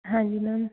ਹਾਂਜੀ ਮੈਮ